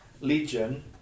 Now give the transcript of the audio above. legion